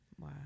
Wow